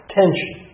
tension